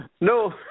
No